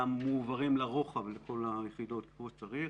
מועברים לרוחב לכל היחידות כמו שצריך.